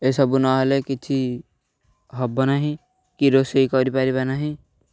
ଏସବୁ ନହେଲେ କିଛି ହବ ନାହିଁ କି ରୋଷେଇ କରିପାରିବା ନାହିଁ